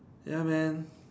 ya man